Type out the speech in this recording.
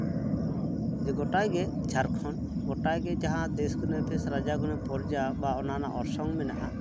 ᱡᱮ ᱜᱟᱴᱟ ᱜᱮ ᱡᱷᱟᱨᱠᱷᱚᱱ ᱜᱚᱴᱟ ᱜᱮ ᱡᱟᱦᱟᱸ ᱫᱮᱥ ᱜᱩᱱᱮ ᱨᱟᱡᱟ ᱜᱩᱱᱮ ᱯᱚᱨᱡᱟ ᱵᱟ ᱚᱱᱟ ᱨᱮᱱᱟᱜ ᱚᱨᱥᱚᱝ ᱢᱮᱱᱟᱜᱼᱟ